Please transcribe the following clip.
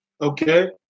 Okay